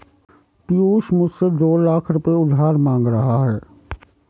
पियूष मुझसे दो लाख रुपए उधार मांग रहा है